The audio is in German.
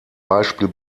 beispiel